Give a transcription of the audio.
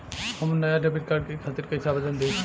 हम नया debit card के खातिर कइसे आवेदन दीं?